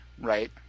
right